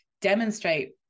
demonstrate